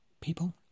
people